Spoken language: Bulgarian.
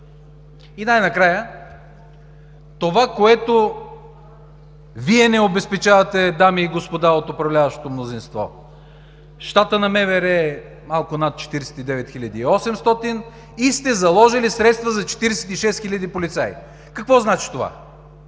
И най-накрая. Това, което Вие не обезпечавате, дами и господа от управляващото мнозинство – щатът на МВР е малко над 49,800 хиляди и сте заложили средства за 46 хиляди полицаи. Какво значи това?